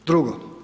Drugo.